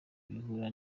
bihura